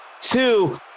two